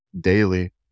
daily